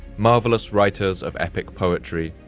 marvelous writers of epic poetry,